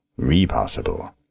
Repossible